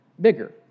bigger